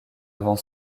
avant